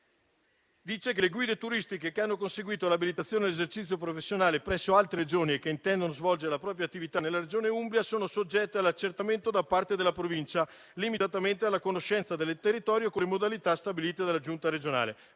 che le guide turistiche che hanno conseguito l'abilitazione all'esercizio professionale presso altre Regioni e che intendano svolgere la propria attività nella Regione Umbria sono soggette all'accertamento da parte della Provincia, limitatamente alla conoscenza del territorio con le modalità stabilite dalla Giunta regionale.